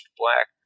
black